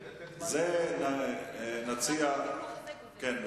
נציע את זה.